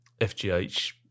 FGH